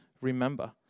remember